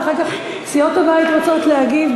ואחר כך סיעות הבית רוצות להגיב.